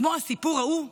כמו הסיפור ההוא,